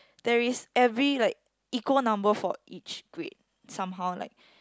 there is every like equal number for each grade somehow like